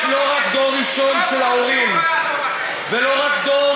יש לא רק דור ראשון של ההורים ולא רק דור